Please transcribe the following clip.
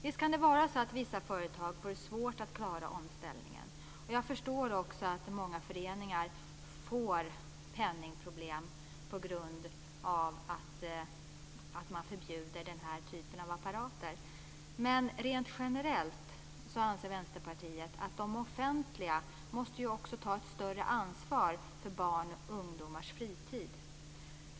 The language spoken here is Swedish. Visst kan vissa företag få svårt att klara omställningen. Jag förstår också att många föreningar kan få penningproblem på grund av att man förbjuder den här typen av apparater. Men rent generellt anser Vänsterpartiet att det offentliga måste ta ett större ansvar för barns och ungdomars fritid.